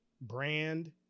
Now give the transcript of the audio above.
brand